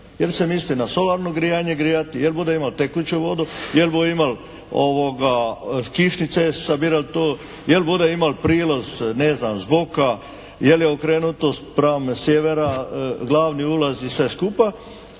Jel se misli na solarno grijanje grijati, jel bude imao tekuću vodu, jel bude imal s kišnice sabiral to, jel bude imal prilaz, ne znam, z boka, jel je okrenuto spram sjevera glavni ulazi i sve skupa.